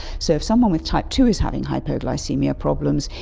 so if someone with type two is having hypoglycaemia problems,